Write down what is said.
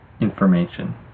information